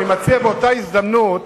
אני מציע באותה הזדמנות